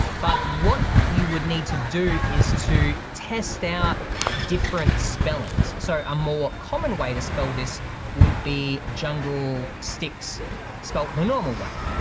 but what you would need to do is to test out different spellings so a more common way to spell this would be jungle sticks spelled the normal way.